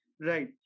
Right